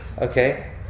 Okay